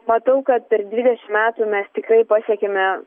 matau kad per dvidešimt metų mes tikrai pasiekėme